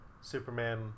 superman